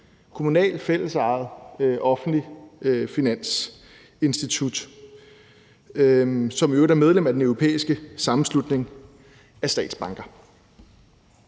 kommunalt, fællesejet offentligt finansinstitut, som i øvrigt er medlem af den europæiske sammenslutning af statsbanker.